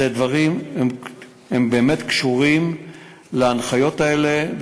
הדברים באמת קשורים להנחיות האלה,